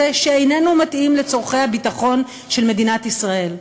שאיננו מתאים לצורכי הביטחון של מדינת ישראל.